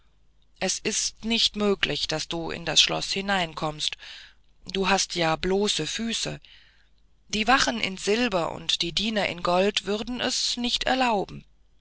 es ist nicht möglich daß du in das schloß hineinkommst du hast ja bloße füße die wachen in silber und die diener in gold würden es nicht erlauben